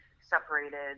separated